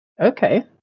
Okay